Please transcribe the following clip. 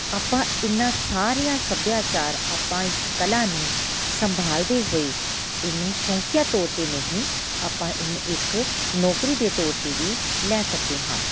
ਆਪਾਂ ਇਨ੍ਹਾਂ ਸਾਰੀਆਂ ਸੱਭਿਆਚਾਰ ਆਪਾਂ ਇਸ ਕਲਾ ਨੂੰ ਸੰਭਾਲਦੇ ਹੋਏ ਇਹਨੂੰ ਸ਼ੌਂਕੀਆ ਤੌਰ 'ਤੇ ਨਹੀਂ ਆਪਾਂ ਇਹਨੂੰ ਇੱਕ ਨੌਕਰੀ ਦੇ ਤੌਰ 'ਤੇ ਵੀ ਲੈ ਸਕਦੇ ਹਾਂ